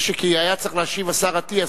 כי היה צריך להשיב השר אטיאס,